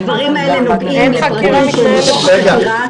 הדברים אלה נוגעים לפרטים מתוך החקירה.